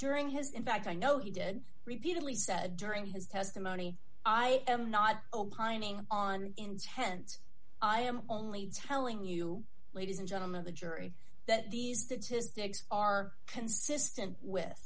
during his in fact i know he did repeatedly said during his testimony i am not opining on intent i am only telling you ladies and gentlemen of the jury that these statistics are consistent with